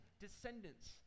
descendants